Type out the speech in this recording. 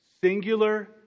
singular